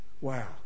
Wow